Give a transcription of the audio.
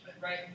right